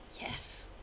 Yes